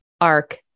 arc